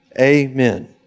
Amen